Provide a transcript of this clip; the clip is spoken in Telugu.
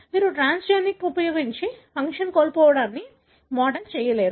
మీరు ట్రాన్స్జెనిక్ ఉపయోగించి ఫంక్షన్ కోల్పోవడాన్ని మోడల్ చేయలేరు